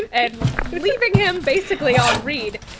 and leaving him basically on read,